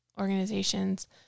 organizations